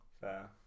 Fair